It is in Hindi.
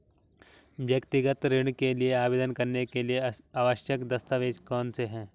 व्यक्तिगत ऋण के लिए आवेदन करने के लिए आवश्यक दस्तावेज़ कौनसे हैं?